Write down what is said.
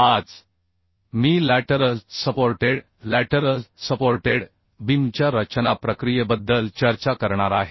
आज मी lateral supported बीमच्या रचना प्रक्रियेबद्दल चर्चा करणार आहे